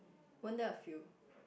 weren't there a few